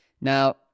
Now